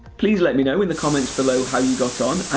please let me know in the comments below how you got on,